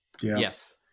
Yes